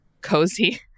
cozy